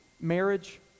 Marriage